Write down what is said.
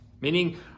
Meaning